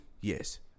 Yes